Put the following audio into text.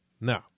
Now